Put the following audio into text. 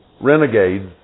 renegades